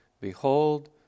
Behold